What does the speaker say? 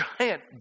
giant